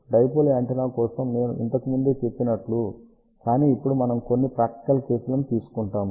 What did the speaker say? dipole antenna కోసం నేను ఇంతకు ముందే చెప్పినట్లు కానీ ఇప్పుడు మనం కొన్ని ప్రాక్టికల్ కేసులను తీసుకుంటాము